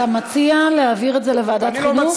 אתה מציע להעביר את זה לוועדת חינוך?